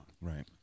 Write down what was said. Right